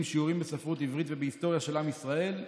שיעורים בספרות עברית ובהיסטוריה של עם ישראל,